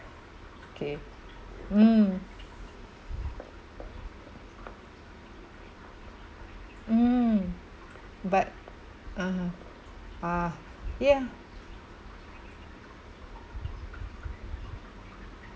okay mm mm but (uh huh) ah yeah